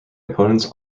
opponents